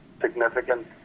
significant